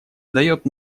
дает